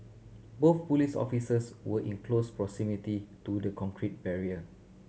both police officers were in close proximity to the concrete barrier